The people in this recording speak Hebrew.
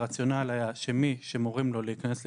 הרציונל היה שמי שמורים לו להיכנס לבידוד,